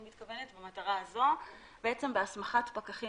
אני מתכוונת במטרה הזו בהסמכת פקחים